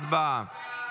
הצבעה.